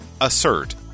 Assert